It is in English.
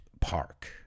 park